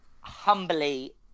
humbly